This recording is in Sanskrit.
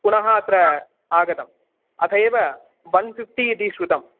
पुनः अत्र आगतम् अथैव वन् फ़िफ़्टि इति श्रुतं